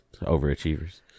Overachievers